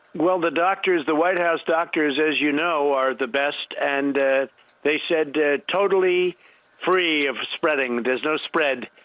well, the doctors, the white house doctors, as you know, are the best. and they said totally free of spreading. there's no spread.